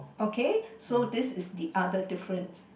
okay so this is the other difference